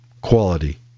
Quality